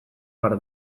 behar